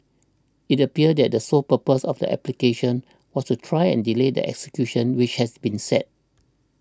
it appeared that the sole purpose of the applications was to try and delay the execution which has been set